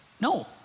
no